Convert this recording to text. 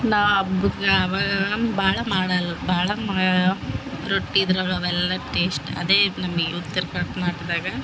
ನಾ ಹಬ್ಬಕ ಅವಾಗ ಅವ ಭಾಳ ಮಾಡಲ್ಲ ಭಾಳ ಮಾ ರೊಟ್ಟಿದ್ರ ಅವೆಲ್ಲ ಟೇಸ್ಟ್ ಅದೇ ನಮಗೆ ಉತ್ತರ ಕರ್ನಾಟಕದಾಗ